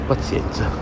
pazienza